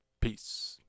peace